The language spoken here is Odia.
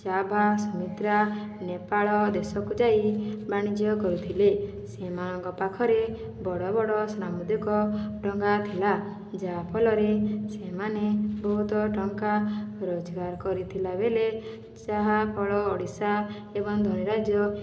ଜାଭା ସୁମିତ୍ରା ନେପାଲ ଦେଶକୁ ଯାଇ ବାଣିଜ୍ୟ କରୁଥିଲେ ସେମାନଙ୍କ ପାଖରେବଡ଼ ବଡ଼ ସାମୁଦ୍ରିକ ଡଙ୍ଗା ଥିଲା ଯାହାଫଲରେ ସେମାନେ ବହୁତ ଟଙ୍କା ରୋଜଗାର କରିଥିଲା ବେଲେ ଯାହା ଫଳ ଓଡ଼ିଶା ଏବଂ ଧନୀ ରାଜ୍ୟ